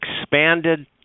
expanded